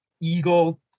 eagle